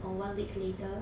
or one week later